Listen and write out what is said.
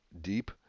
deep